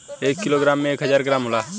एक किलोग्राम में एक हजार ग्राम होला